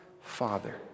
father